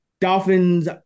Dolphins